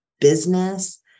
business